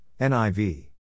niv